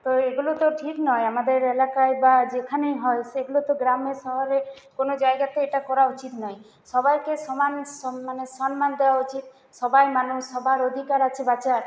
তো এগুলো তো ঠিক নয় আমাদের এলাকায় বা যেখানেই হয় সেগুলো তো গ্রামে শহরে কোনো জায়গায় তো এটা করা উচিত নয় সবাইকে সমান মানে সম্মান দেওয়া উচিত সবাই মানুষ সবার অধিকার আছে বাঁচার